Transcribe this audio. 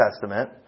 Testament